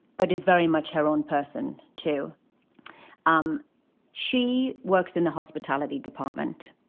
but is very much her own person, too um she works in the hospitality department.